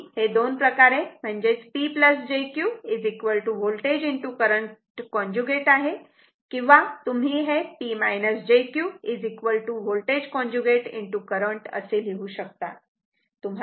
तुम्ही हे दोन्ही प्रकारे म्हणजे P jQ voltage current conjugate आहे किंवा तुम्ही हे P jQ voltage conjugate current असे लिहू शकतात